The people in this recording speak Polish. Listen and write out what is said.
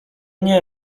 nie